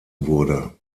wurde